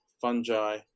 fungi